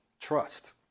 trust